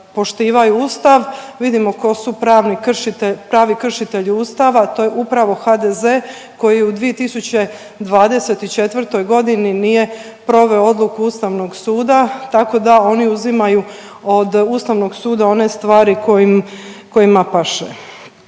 Ustav, vidimo tko su pravi kršitelji Ustava. To je upravo HDZ koji u 2024. godini nije proveo odluku Ustavnog suda tako da oni uzimaju od Ustavnog suda one stvari koji, kojima paše.